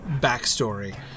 backstory